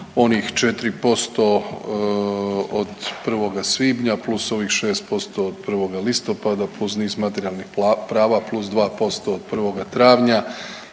Onih 4% od 1. svibnja plus ovih 6% od 1. listopada plus niz materijalnih prava plus 2% od 1. travnja